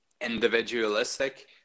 individualistic